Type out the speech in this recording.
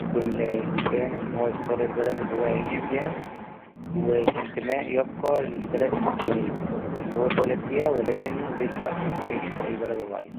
لكل إنسان إن هو يختار البلد اللي هو يعيش فيها والإنتماء يبقى للبلد الـ ـ اللي هو أتولد فيها ولكنه له الحق إنه يعيش في أي بلد هو عايزها.